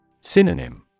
Synonym